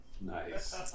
Nice